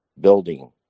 building